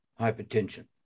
hypertension